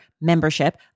membership